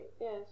Yes